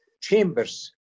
chambers